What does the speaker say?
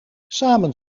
samen